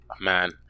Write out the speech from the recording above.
Man